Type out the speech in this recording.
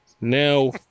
Now